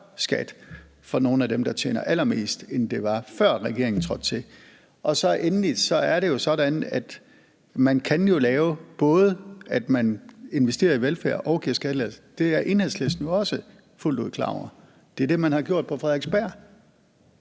skat for nogle af dem, der tjener allermest, end den var, før regeringen trådte til. Og endelig er det jo sådan, at man kan lave det sådan, at man både investerer i velfærd og giver skattelettelser. Det er Enhedslisten jo også fuldt ud klar over. Det er det, man har gjort på Frederiksberg,